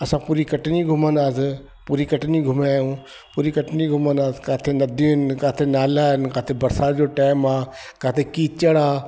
असां पूरी कटनी घुमंदासीं पूरी कटनी घुमंदायूं पूरी कटनी घुमंदासीं किथे नदियूं आहिनि किथे नाला आहिनि किथे बरसाति जो टाइम आहे किथे कीचड़ आहे